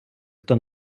хто